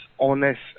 honest